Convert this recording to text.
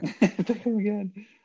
again